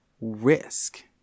risk